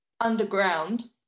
underground